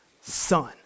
Son